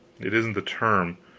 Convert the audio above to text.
it isn't the term.